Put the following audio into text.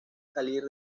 salir